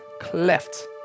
cleft